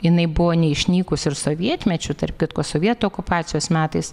jinai buvo neišnykus ir sovietmečiu tarp kitko sovietų okupacijos metais